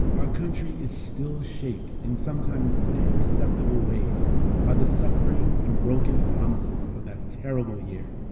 our country is still shaped in sometimes imperceptible ways by the suffering and broken promises of that terrible year.